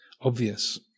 obvious